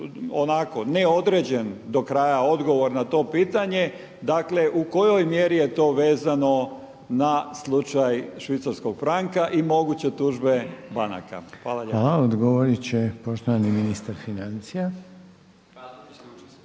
onako neodređen do kraja odgovor na to pitanje, dakle u kojoj mjeri je to vezano na slučaj švicarskog franka i moguće tužbe banaka. Hvala lijepo. **Reiner, Željko (HDZ)** Hvala. Odgovorit